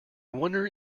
wonder